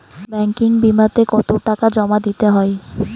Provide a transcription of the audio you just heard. Banking বিমাতে কত দিন টাকা জমা দিতে হয়?